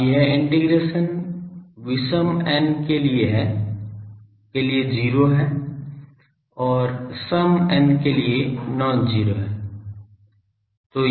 अब यह इंटीग्रेशन विषम n के लिए 0 है और सम n के लिए non zero है